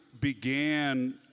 began